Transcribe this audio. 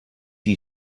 you